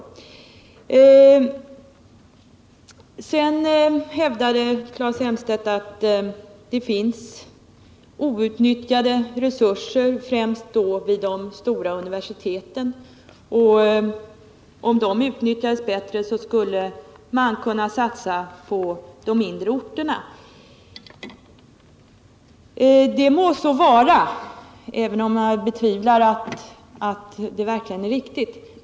Claes Elmstedt hävdade att det finns outnyttjade resurser, främst vid de stora universiteten, och om de utnyttjades bättre skulle man kunna satsa på de mindre orterna. Det må så vara, även om jag betvivlar att det verkligen är riktigt.